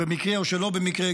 במקרה או שלא במקרה,